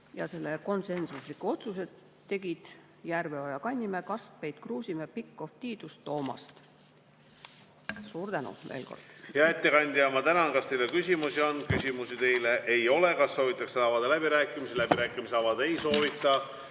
Need konsensuslikud otsused tegid Järveoja, Kannimäe, Kaskpeit, Kruusimäe, Pikhof, Tiidus ja Toomast. Suur tänu veel kord! Hea ettekandja, ma tänan! Kas teile küsimusi on? Küsimusi teile ei ole. Kas soovitakse avada läbirääkimisi? Läbirääkimisi avada ei soovita.